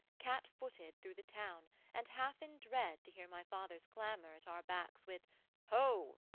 cat-footed through the town and half in dread to hear my father's clamour at our backs with ho!